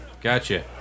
Gotcha